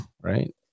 right